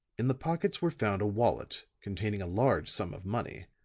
in the pockets were found a wallet containing a large sum of money,